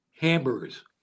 Hamburgers